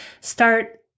start